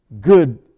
good